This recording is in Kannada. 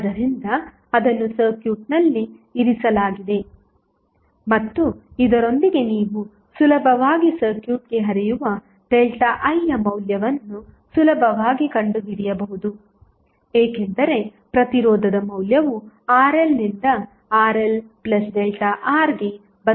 ಆದ್ದರಿಂದ ಅದನ್ನು ಸರ್ಕ್ಯೂಟ್ನಲ್ಲಿ ಇರಿಸಲಾಗಿದೆ ಮತ್ತು ಇದರೊಂದಿಗೆ ನೀವು ಸುಲಭವಾಗಿ ಸರ್ಕ್ಯೂಟ್ಗೆ ಹರಿಯುವ ΔIಯ ಮೌಲ್ಯವನ್ನು ಸುಲಭವಾಗಿ ಕಂಡುಹಿಡಿಯಬಹುದು ಏಕೆಂದರೆ ಪ್ರತಿರೋಧದ ಮೌಲ್ಯವು RL ನಿಂದRLΔRಗೆ ಬದಲಾಗುತ್ತದೆ